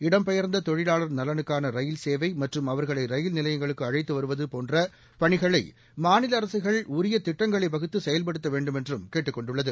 இடம்பெயர்ந்த தொழிலாளர் நலனுக்கான ரயில் தேவை மற்றும் அவர்களை ரயில் நிலையங்களுக்கு அழைத்து வருவது போன்ற பணிகளை மாநில அரசுகள் உரிய திட்டங்களை வகுத்து செயல்படுத்த வேண்டுமென்றும் கேட்டுக் கொண்டுள்ளது